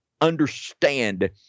understand